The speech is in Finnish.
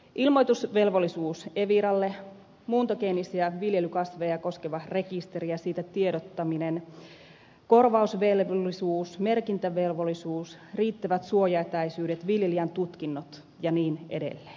ilmoitusvelvollisuus eviralle muuntogeenisiä viljelykasveja koskeva rekisteri ja siitä tiedottaminen korvausvelvollisuus merkintävelvollisuus riittävät suojaetäisyydet viljelijän tutkinnot ja niin edelleen